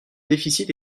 déficit